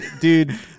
dude